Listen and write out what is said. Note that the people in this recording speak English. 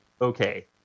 Okay